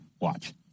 Watch